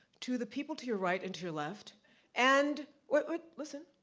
to the people to your right into your left and, wait, wait, listen,